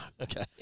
Okay